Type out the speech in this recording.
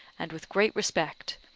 and with great respect,